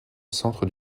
centre